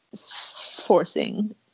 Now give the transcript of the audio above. forcing